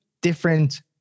different